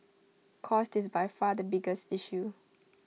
cost is by far the biggest issue